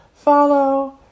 Follow